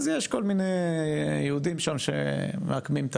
אז יש כל מיני יהודים שם שמעקמים את